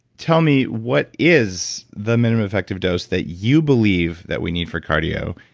tell me what is the minimum effective dose that you believe that we need for cardio,